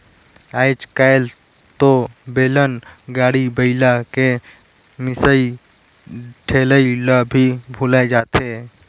आयज कायल तो बेलन, गाड़ी, बइला के मिसई ठेलई ल भी भूलाये जाथे